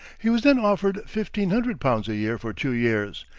he was then offered fifteen hundred pounds a year for two years,